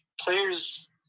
players